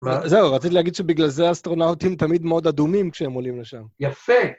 זהו, רציתי להגיד שבגלל זה אסטרונאוטים תמיד מאוד אדומים כשהם עולים לשם. יפה.